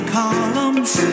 columns